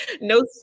no